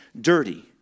dirty